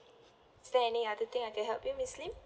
is there any other thing I can help you miss lim